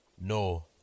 No